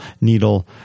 needle